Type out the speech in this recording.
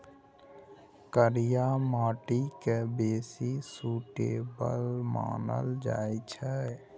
करिया माटि केँ बेसी सुटेबल मानल जाइ छै